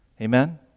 Amen